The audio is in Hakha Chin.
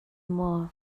maw